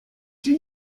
czy